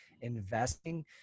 investing